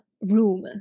room